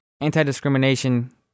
anti-discrimination